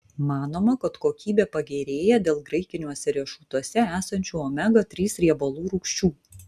manoma kad kokybė pagerėja dėl graikiniuose riešutuose esančių omega trys riebalų rūgščių